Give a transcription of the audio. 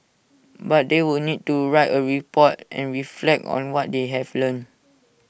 but they would need to write A report and reflect on what they have learnt